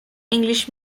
english